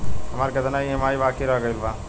हमार कितना ई ई.एम.आई बाकी रह गइल हौ?